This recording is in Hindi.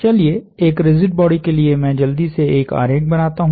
चलिए एक रिजिड बॉडी के लिए मैं जल्दी से एक आरेख बनाता हु